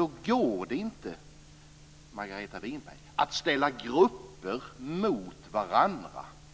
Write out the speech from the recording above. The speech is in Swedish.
Då går det inte, Margareta Winberg, att ställa grupper,